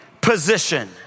position